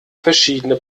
verschiedene